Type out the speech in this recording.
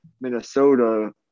Minnesota